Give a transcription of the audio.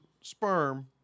sperm